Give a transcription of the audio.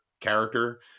character